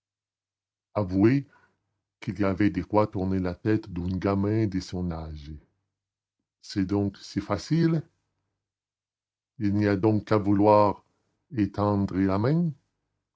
avouez qu'il y avait de quoi tourner la tête d'un gamin de son âge c'est donc si facile il n'y a donc qu'à vouloir et à tendre la main